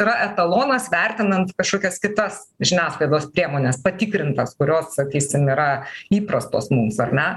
yra etalonas vertinant kažkokias kitas žiniasklaidos priemones patikrintas kurios sakysim yra įprastos mums ar ne